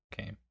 Okay